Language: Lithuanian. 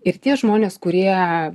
ir tie žmonės kurie